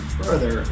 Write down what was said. further